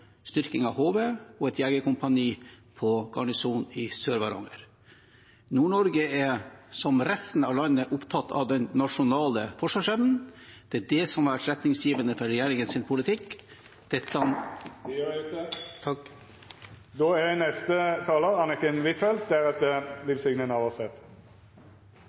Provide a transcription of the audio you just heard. styrking av HV og et jegerkompani på garnisonen i Sør-Varanger. Nord-Norge er, som resten av landet, opptatt av den nasjonale forsvarsevnen. Det er det som har vært retningsgivende for regjeringens politikk.